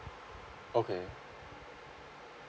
okay